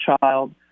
child